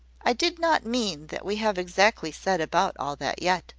i did not mean that we have exactly set about all that yet.